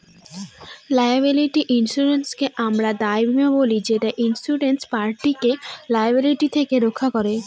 liability ইন্সুরেন্সকে আমরা দায় বীমা বলি যেটা ইন্সুরেড পার্টিকে লায়াবিলিটি থেকে রক্ষা করে